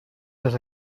les